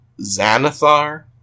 Xanathar